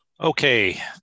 Okay